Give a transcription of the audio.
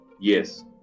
yes